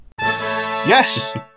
Yes